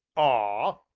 ah!